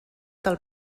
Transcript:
del